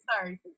sorry